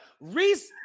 Reese